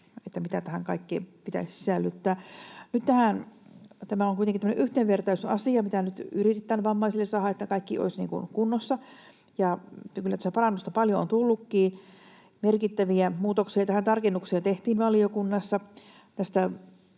tähän pitäisi sisällyttää. Tämä on kuitenkin tämmöinen yhdenvertaisuusasia, mitä nyt yritetään vammaisille saada, että kaikki olisi kunnossa. Kyllä tässä parannusta paljon on tullutkin: merkittäviä muutoksia, tarkennuksia tehtiin tähän valiokunnassa.